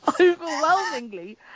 overwhelmingly